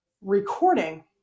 recording